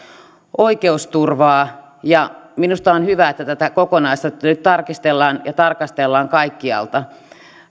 oikeusturvaa minusta on hyvä että tätä kokonaisuutta nyt tarkistellaan ja tarkastellaan kaikkialta